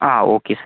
ആ okay sir